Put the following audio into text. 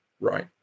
right